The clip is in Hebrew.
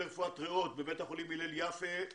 הרפואית לזיהום האוויר במקומות שונים בעולם.